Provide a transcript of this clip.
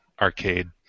arcade